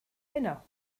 heno